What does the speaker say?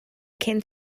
cyn